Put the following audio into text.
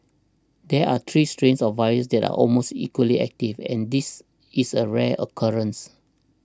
there are three strains of virus that are almost equally active and this is a rare occurrence